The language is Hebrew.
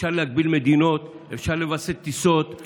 אפשר להגביל מדינות, אפשר לווסת טיסות.